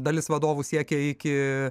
dalis vadovų siekia iki